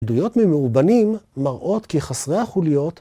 ‫עדויות ממאובנים ‫מראות כי חסרי החוליות,